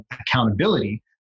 accountability